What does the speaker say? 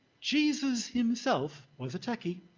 jesus himself was a techie.